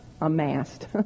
amassed